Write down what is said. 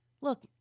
look